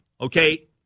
okay